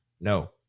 No